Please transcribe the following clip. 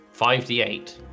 5d8